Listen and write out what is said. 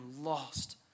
lost